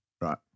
Right